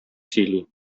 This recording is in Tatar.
сөйли